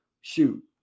Shoot